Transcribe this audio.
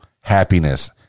happiness